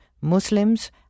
Muslims